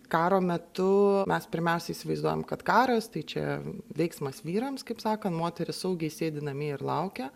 karo metu mes pirmiausia įsivaizduojam kad karas tai čia veiksmas vyrams kaip sakan moterys saugiai sėdi namie ir laukia